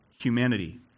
humanity